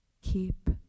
Keep